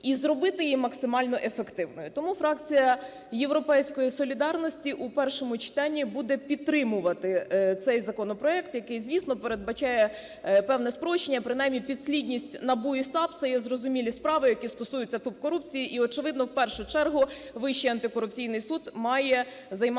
і зробити її максимально ефективною. Тому фракція "Європейської солідарності" у першому читанні буде підтримувати цей законопроект, який звісно передбачає певне спрощення. Принаймні підслідність НАБУ і САП, це є зрозумілі справи, які стосуються топ-корупції і очевидно, в першу чергу Вищий антикорупційний суд має займатися